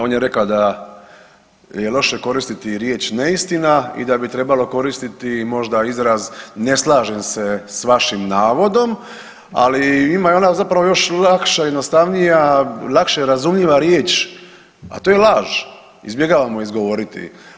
On je rekao da je loše koristiti riječ „neistina“ i da bi trebalo koristiti možda izraz „ne slažem se s vašim navodom“, ali ima i ona zapravo još lakša i jednostavnija, lakše razumljiva riječ a to je laž, izbjegavamo izgovoriti.